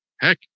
heck